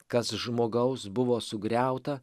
kas žmogaus buvo sugriauta